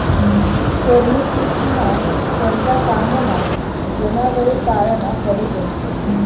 फरनी शेतीना करता कामना जनावरे पाळना पडतस